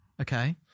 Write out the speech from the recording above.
Okay